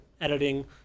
editing